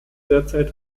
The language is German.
derzeit